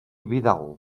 vidal